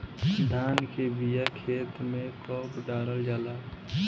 धान के बिया खेत में कब डालल जाला?